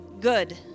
good